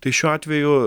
tai šiuo atveju